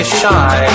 shy